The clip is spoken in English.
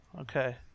Okay